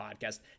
podcast